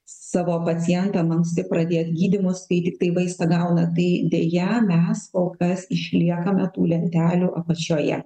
savo pacientam anksti pradėt gydymus kai tik kai vaistą gauna tai deja mes kol kas išliekame tų lentelių apačioje